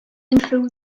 unrhyw